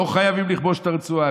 לא חייבים לכבוש את הרצועה,